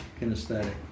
kinesthetic